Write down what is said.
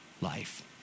life